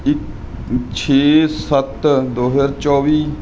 ਇੱਕ ਛੇ ਸੱਤ ਦੋ ਹਜ਼ਾਰ ਚੌਵੀ